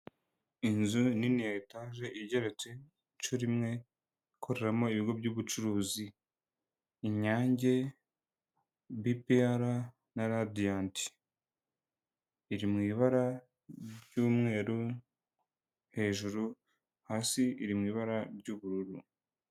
Inzu nini ya etaje igeretse inshuro imwe ikoreramo ibigo by'ubucuruzi. Inyange, Bipiyara na Radiyanti. Iri mu ibara ry'umweru hejuru, hasi iri mu ibara ry'ubururu.